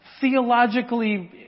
theologically